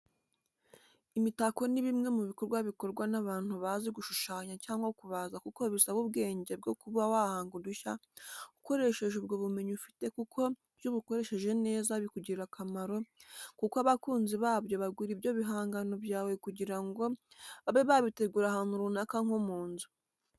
Imitako ni bimwe mu bikorwa bikorwa n’abantu bazi gushushanya cyangwa kubaza kuko bisaba ubwenge bwo kuba wahanga udushya ukoresheje ubwo bumenyi ufite kuko iyo ubukoresheje neza bikugirira akamara kuko abakunzi babyo bagura ibyo bihangano byawe kugira ngo babe babitegura ahantu runaka nko mu nzu.